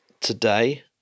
today